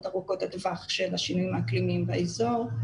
ארוכות הטווח של השינויים האקלימיים באזור.